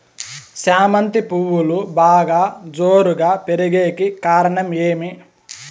చామంతి పువ్వులు బాగా జోరుగా పెరిగేకి కారణం ఏమి?